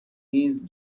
نیز